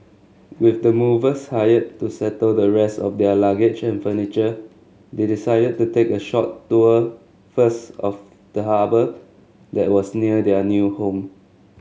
with the movers hired to settle the rest of their luggage and furniture they decided to take a short tour first of the harbour that was near their new home